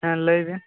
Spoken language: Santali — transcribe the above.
ᱦᱮᱸ ᱞᱟᱹᱭᱵᱮᱱ